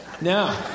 No